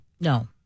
No